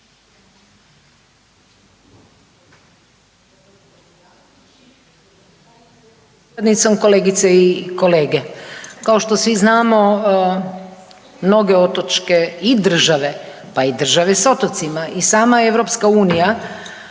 kolegice i kolege kao što svi znamo mnoge otočke i države, pa i države s otocima i sama EU pokušavaju